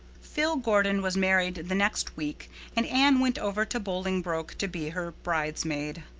phil gordon was married the next week and anne went over to bolingbroke to be her bridesmaid.